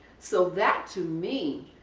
so that to me,